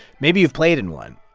maybe you've played in one.